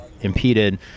impeded